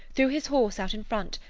threw his horse out in front,